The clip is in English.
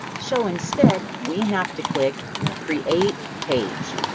so instead, we have to click create page.